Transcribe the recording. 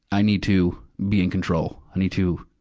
i need to be in control. i need to